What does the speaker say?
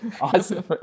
Awesome